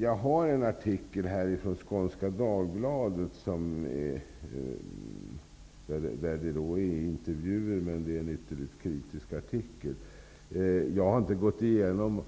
Jag har här en artikel med intervjuer från Skånska Dagbladet. Artikeln är ytterligt kritisk. Jag har inte gått igenom